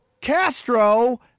Castro